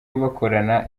bakorana